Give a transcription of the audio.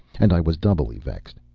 and i was doubly vexed.